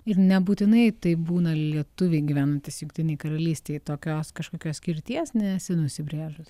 ir nebūtinai tai būna lietuviai gyvenantys jungtinėj karalystėj tokios kažkokios skirties nesi nusibrėžus